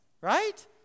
Right